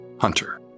hunter